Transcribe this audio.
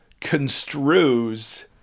construes